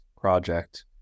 project